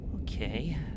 Okay